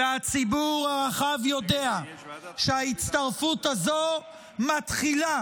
והציבור הרחב יודע שההצטרפות הזאת מתחילה